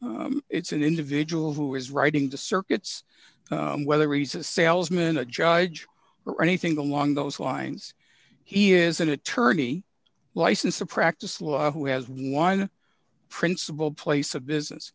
where it's an individual who is writing the circuits whether raises salesman a judge or anything along those lines he is an attorney licensed to practice law who has one principal place of business